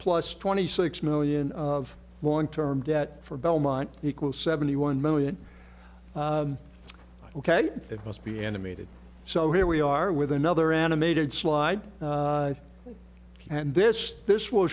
plus twenty six million of long term debt for belmont equals seventy one million ok it must be animated so here we are with another animated slide and this this will